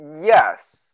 Yes